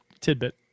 tidbit